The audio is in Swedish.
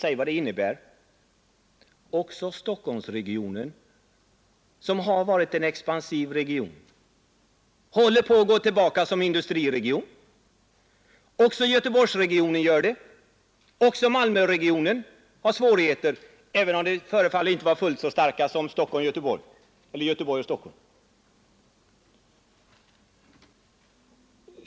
Även Stockholmsregionen, som har varit en expansiv region, håller på att gå tillbaka som industriregion. Göteborgsregionen likaså. Också Malmöregionen har svårigheter, även om de inte förefaller vara fullt så stora som i Göteborg och Stockholm.